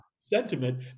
sentiment